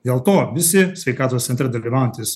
dėl ko visi sveikatos centre dalyvaujantys